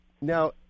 Now